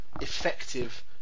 Effective